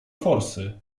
forsy